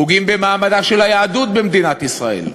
פוגע במעמדה של היהדות במדינת ישראל.